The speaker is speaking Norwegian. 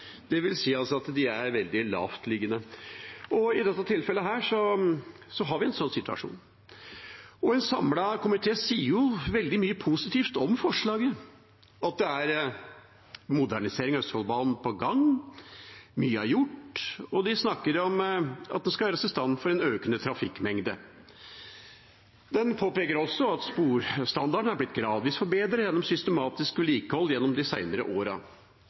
at de er veldig lavthengende. I dette tilfellet har vi en sånn situasjon. En samlet komité sier veldig mye positivt om forslaget, at det er modernisering av Østfoldbanen på gang, mye er gjort, og de snakker om at det skal gjøres i stand for en økende trafikkmengde. En påpeker også at standarden er blitt gradvis forbedret gjennom systematisk vedlikehold de seinere åra.